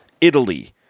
Italy